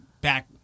back